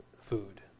food